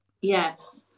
yes